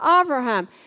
Abraham